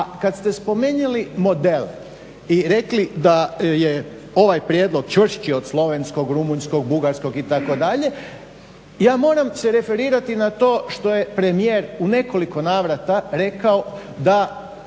A kada ste spomenuli modele i rekli da je ovaj prijedlog čvršći od slovenskog, rumunjskog, bugarskog itd., ja moram se referirati na to što je premijer u nekoliko navrata rekao da